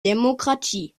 demokratie